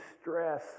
stress